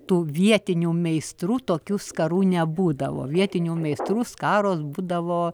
tų vietinių meistrų tokių skarų nebūdavo vietinių meistrų skaros būdavo